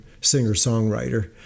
singer-songwriter